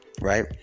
right